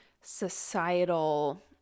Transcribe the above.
societal